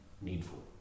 needful